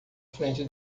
frente